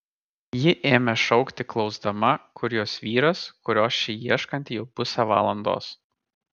ji ėmė šaukti klausdama kur jos vyras kurio ši ieškanti jau pusę valandos